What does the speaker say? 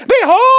Behold